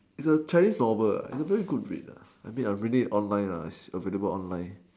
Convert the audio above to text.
it's a Chinese novel it's a very good read I mean I'm reading it online it's available online